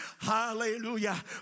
Hallelujah